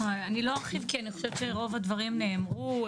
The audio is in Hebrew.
אני לא ארחיב, כי אני חושבת שרוב הדברים נאמרו.